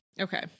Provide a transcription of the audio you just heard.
Okay